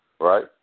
right